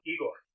Igor